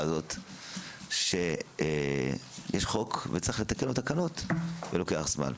הזאת שיש חוק וצריך לתקן לו תקנות ולוקח זמן.